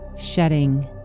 shedding